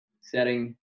setting